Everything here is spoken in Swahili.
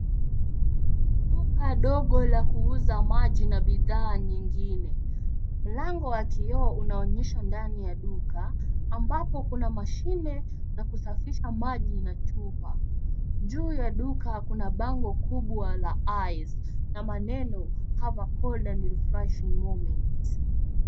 Duka dogo la kuuza maji na bidhaa nyingine. Mlango wa kioo unaonyesha ndani ya duka, ambapo kuna mashine ya kusafisha maji na chupa. Juu ya duka kuna bango kubwa la cs[ice]cs na maneno cs[have a cold and refreshing moments]cs.